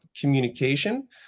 communication